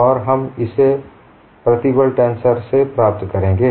और हम इसे प्रतिबल टेंसर से प्राप्त करेंगे